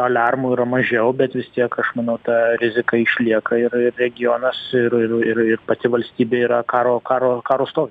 aliarmų yra mažiau bet vis tiek aš manau ta rizika išlieka ir ir regionas ir ir ir pati valstybė yra karo karo karo stovy